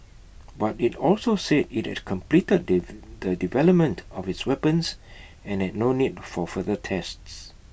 but IT also said IT had completed the development of its weapons and had no need for further tests